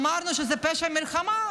אמרנו שזה פשע מלחמה?